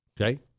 Okay